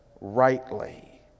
rightly